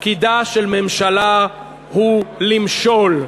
תפקידה של ממשלה הוא למשול,